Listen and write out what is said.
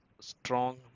strong